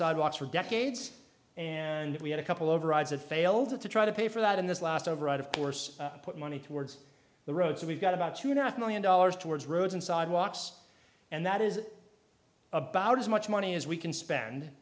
sidewalks for decades and we had a couple of rides that failed to try to pay for that in this last override of course put money towards the road so we've got about two and a half million dollars towards roads and sidewalks and that is about as much money as we can spend